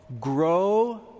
grow